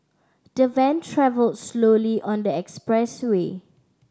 the van travelled slowly on the expressway